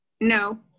No